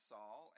Saul